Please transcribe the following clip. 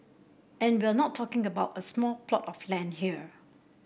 and we're not talking about a small plot of land here